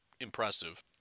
impressive